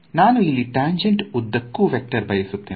ನಾನು ಇಲ್ಲಿ ಟ್ಯಾಂಜೆನ್ಟ್ ಉದ್ದಕ್ಕೂ ವೆಕ್ಟರ್ ಬಯಸುತ್ತೇನೆ